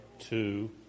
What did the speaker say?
two